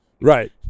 Right